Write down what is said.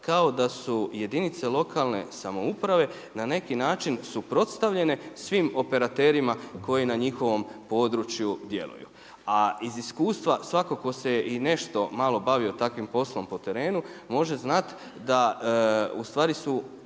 kao da su jedinica lokalne samouprave na neki način suprotstavljene svim operaterima koji na njihovom području djeluju. A iz iskustva svako tko se nešto malo bavio takvim poslom po terenu može znati da ustvari su to